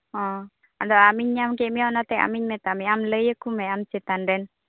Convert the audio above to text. ᱚ ᱟᱫᱚ ᱟᱢᱤᱧ ᱧᱟᱢ ᱠᱮᱫ ᱢᱮᱭᱟ ᱚᱱᱟᱛᱮ ᱟᱢᱤᱧ ᱢᱮᱛᱟᱜ ᱢᱮᱭᱟ ᱟᱢ ᱞᱟᱹᱭ ᱟᱠᱚ ᱢᱮ ᱟᱢ ᱪᱮᱛᱟᱱ ᱨᱮᱱ